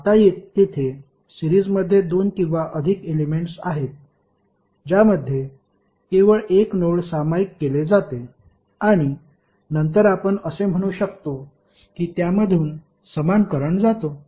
आता तेथे सिरीजमध्ये दोन किंवा अधिक एलेमेंट्स आहेत ज्यामध्ये केवळ एक नोड सामायिक केले जाते आणि नंतर आपण असे म्हणू शकतो की त्यामधून समान करंट जातो